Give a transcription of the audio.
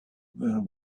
there